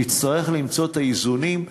נצטרך למצוא את האיזונים.